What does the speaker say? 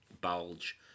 bulge